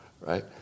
right